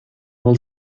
all